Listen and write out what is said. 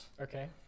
Okay